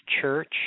church